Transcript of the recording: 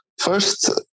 First